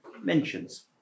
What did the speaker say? mentions